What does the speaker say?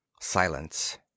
silence